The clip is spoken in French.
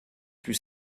plus